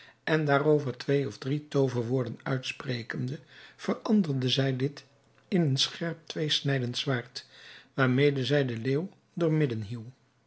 en daarover twee of drie tooverwoorden uitsprekende veranderde zij dit in een scherp tweesnijdend zwaard waarmede zij den leeuw door